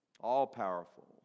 all-powerful